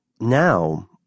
now